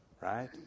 right